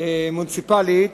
מוניציפלית